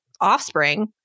offspring